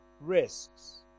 risks